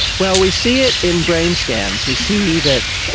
well, we see it in brain scans, we see that,